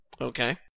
Okay